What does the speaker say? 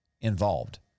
involved